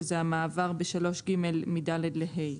שזה המעבר ב-3ג מ-ד ל-ה.